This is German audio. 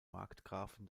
markgrafen